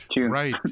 right